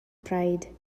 pride